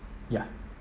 ya